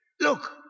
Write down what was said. look